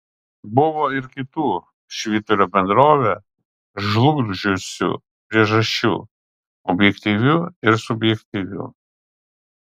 buvo ir kitų švyturio bendrovę žlugdžiusių priežasčių objektyvių ir subjektyvių